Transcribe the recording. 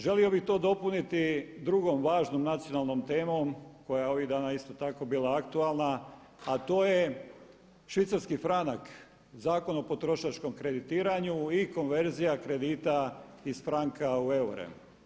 Želio bih to dopuniti drugom važnom nacionalnom temom koja je ovih dana isto tako bila aktualna a to je švicarski franak, Zakon o potrošačkom kreditiranju i konverzija kredita iz franka u eure.